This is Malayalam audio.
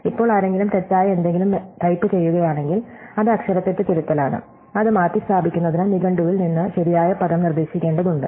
ഇപ്പോൾ ആരെങ്കിലും തെറ്റായ എന്തെങ്കിലും ടൈപ്പുചെയ്യുകയാണെങ്കിൽ അത് അക്ഷരത്തെറ്റ് തിരുത്തലാണ് അത് മാറ്റിസ്ഥാപിക്കുന്നതിന് നിഘണ്ടുവിൽ നിന്ന് ശരിയായ പദം നിർദ്ദേശിക്കേണ്ടതുണ്ട്